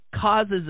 causes